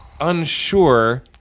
unsure